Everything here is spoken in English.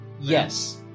Yes